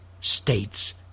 States